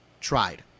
tried